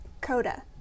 Coda